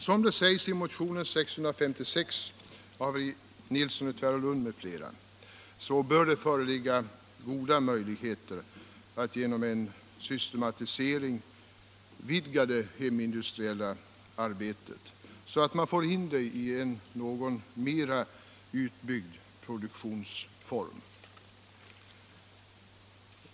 Som sägs i motionen 656 av herr Nilsson i Tvärålund m.fl. bör det föreligga goda möjligheter att genom en systematisering vidga det hemindustriella arbetet, så att man får in det i en mera utbyggd produktionsform.